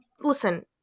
listen